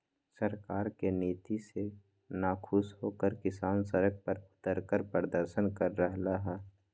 सरकार के नीति से नाखुश होकर किसान सड़क पर उतरकर प्रदर्शन कर रहले है